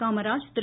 Kamaraj Thiru